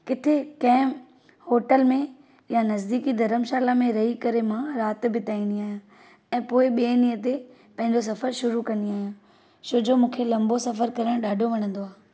किथे कंहिं होटल में या नज़दीकी धर्मशाला में रही करे मां राति बिताईंदी आहियां ऐं पूरे ॿिए ॾींहं ते पंहिंजो सफ़रु शुरू कंदी आहियां छोजो मूंखे लम्बो सफ़रु करणु ॾाढो वणंदो आहे